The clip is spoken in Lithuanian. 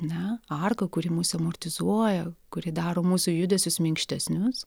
ne arka kuri mus amortizuoja kuri daro mūsų judesius minkštesnius